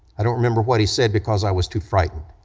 i don't remember what he said because i was too frightened,